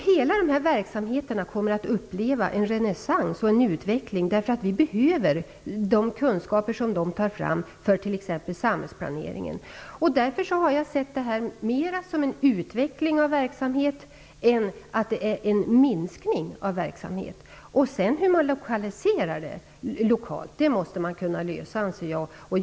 Alla dessa verksamheter kommer att uppleva en renässans och en uveckling, därför att vi behöver de kunskaper som där finns, för t.ex. samhällsplaneringen. Därför har jag sett det här mera som en utveckling av än en minskning av verksamhet. Lokaliseringsfrågan måste kunna lösas lokalt.